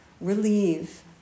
Relieve